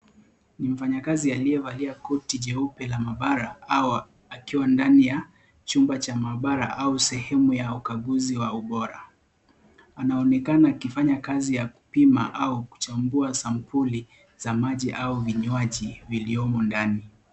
Mfanyikazi aliyevalia koti jeupe la maabara akiwa ndani ya chumba cha maabara au sehemu ya ukaguzi ya ubora. Anaonekana akifanya kazi ya kupima au kuchambua sampuli za maji au vinywaji vilivyomo ndani.